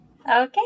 Okay